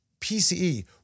PCE